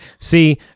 See